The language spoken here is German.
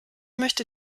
möchte